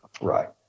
Right